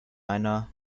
einer